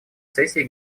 сессии